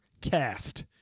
Cast